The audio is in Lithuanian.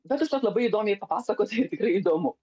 bet užtat labai įdomiai papasakoti ir tikrai įdomu